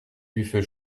dufeu